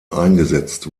eingesetzt